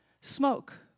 Smoke